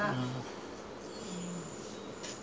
I'll put in the six uh six uh